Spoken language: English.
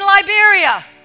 Liberia